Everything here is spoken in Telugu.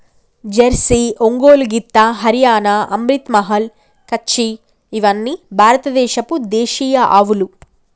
జెర్సీ, ఒంగోలు గిత్త, హరియాణా, అమ్రిత్ మహల్, కచ్చి ఇవ్వని భారత దేశపు దేశీయ ఆవులు